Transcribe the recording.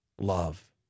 love